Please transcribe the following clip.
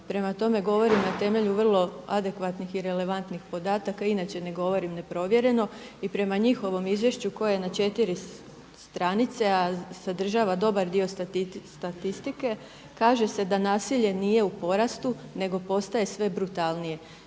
Prema tome, govorim na temelju vrlo adekvatnih i relevantnih podataka, inače ne govorim ne provjereno i prema njihovom izvješću koje je na četiri stranice, a sadržava dobar dio statistike kaže se da nasilje nije u porastu nego postaje sve brutalnije.